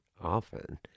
often